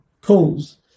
calls